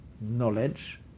knowledge